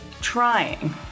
trying